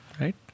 Right